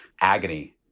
agony